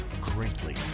greatly